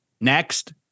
Next